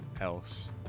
else